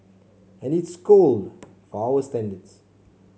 and it's cold for our standards